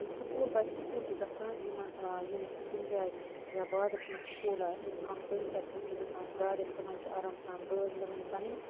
یِم سُکوٗل بَچہِ سُکول چھِ گَژھان یِمَن یِم کُنہِ جایہِ یا بازرَس مَنٛز سکول آسہِ کانٛہہ تمہِ سایڈِ تم چھِ گَژھان گاڈیٚن تِمَن چھ آرام سان گٲڑۍ مِلٕنۍ پَنٕنۍ